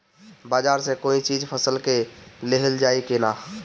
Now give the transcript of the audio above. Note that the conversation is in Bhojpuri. बाजार से कोई चीज फसल के लिहल जाई किना?